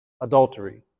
adultery